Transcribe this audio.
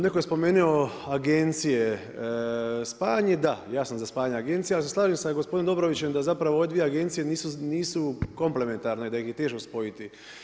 Neko je spomenuo agencije, spajanje da, ja sam za spajanje agencije, ali se slažem sa gospodinom Dobrovićem da ove dvije agencije nisu komplementarne da ih je teško spojiti.